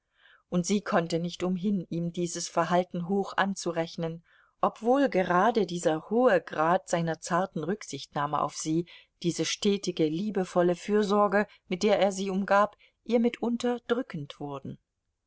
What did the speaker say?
und sie konnte nicht umhin ihm dieses verhalten hoch anzurechnen obwohl gerade dieser hohe grad seiner zarten rücksichtnahme auf sie diese stetige liebevolle fürsorge mit der er sie umgab ihr mitunter drückend wurden